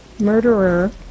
murderer